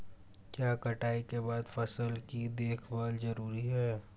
क्या कटाई के बाद फसल की देखभाल जरूरी है?